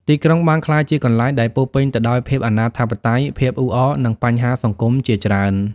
ទីក្រុងបានក្លាយជាកន្លែងដែលពោរពេញទៅដោយភាពអនាធិបតេយ្យ ភាពអ៊ូអរ និងបញ្ហាសង្គមជាច្រើន។